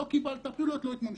לא קיבלת, הפעילויות לא יתממשו.